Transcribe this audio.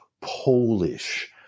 Polish